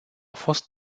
fost